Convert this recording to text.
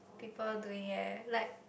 people doing leh like